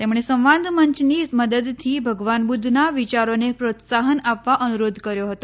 તેમણે સંવાદ મંચની મદદથી ભગવાન બુદ્ધના વિયારોને પ્રોત્સાહન આપવા અનુરોધ કર્યો હતો